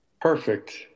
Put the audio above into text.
Perfect